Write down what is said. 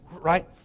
right